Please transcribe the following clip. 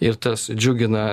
ir tas džiugina